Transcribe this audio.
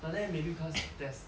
but then maybe cause there's